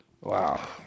Wow